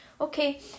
Okay